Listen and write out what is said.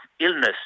illness